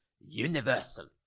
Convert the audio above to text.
universal